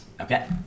Okay